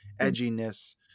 edginess